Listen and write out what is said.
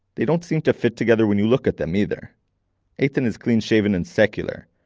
they don't seem to fit together when you look at them, either eytan is clean shaven and secular,